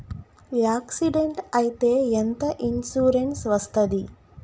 Accident అయితే ఎంత insurance వస్తది?